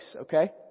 okay